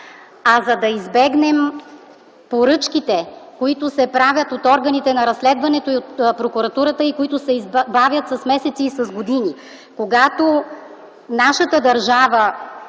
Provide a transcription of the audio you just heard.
а за да избегнем поръчките, които се правят от органите на разследването и от прокуратурата и които се бавят с месеци и с години.